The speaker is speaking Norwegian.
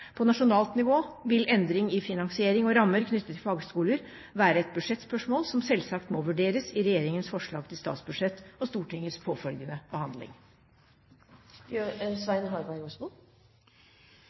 På nasjonalt nivå vil endring i finansiering og rammer knyttet til fagskoler være et budsjettspørsmål som selvsagt må vurderes i regjeringens forslag til statsbudsjett og Stortingets påfølgende